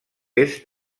est